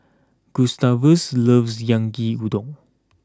Gustavus loves Yaki Udon